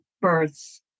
births